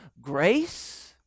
grace